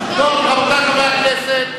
מה זה מקצועית?